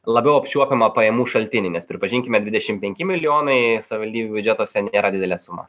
labiau apčiuopiamą pajamų šaltinį nes pripažinkime dvidešimt penki milijonai savivaldybių biudžetuose nėra didelė suma